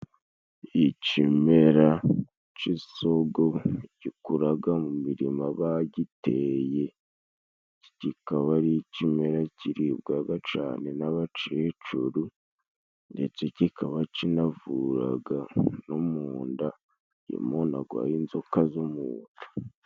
Icimera c'isogo gikuraga mu mirima bagiteye. Cikaba ari icimera kiribwaga cane n'abacecuru ndetse cikaba cinavuraga no mu nda iyo umuntu agwaye inzoka zo mu nda.